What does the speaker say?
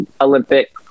Olympic